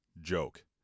joke